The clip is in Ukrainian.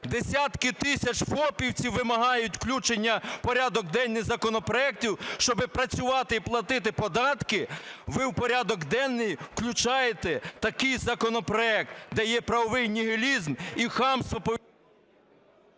десятки тисяч фопівців вимагають включення в порядок денний законопроектів, щоб працювати і платити податки, ви в порядок денний включаєте такий законопроект, де є правовий нігілізм і хамство… ГОЛОВУЮЧИЙ.